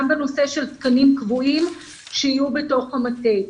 בנושא של תקנים קבועים שיהיו בתוך המטה.